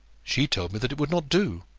she told me that it would not do.